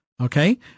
Okay